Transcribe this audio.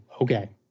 okay